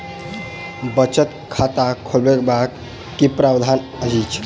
बचत खाता खोलेबाक की प्रावधान अछि?